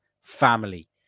family